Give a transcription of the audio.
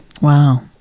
Wow